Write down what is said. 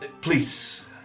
Please